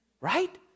right